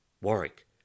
Warwick